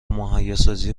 مهیاسازی